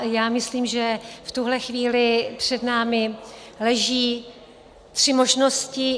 Já myslím, že v tuhle chvíli před námi leží tři možnosti.